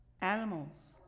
animals